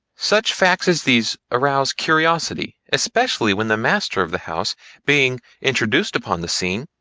such facts as these arouse curiosity, especially when the master of the house being introduced upon the scene,